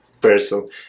person